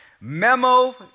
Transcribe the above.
Memo